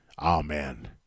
Amen